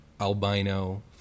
albino